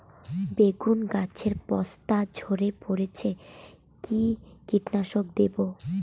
বেগুন গাছের পস্তা ঝরে পড়ছে কি কীটনাশক দেব?